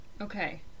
Okay